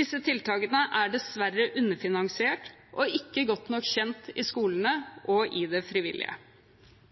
Disse tiltakene er dessverre underfinansiert og ikke godt nok kjent i skolene og i det frivillige.